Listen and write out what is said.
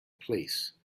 place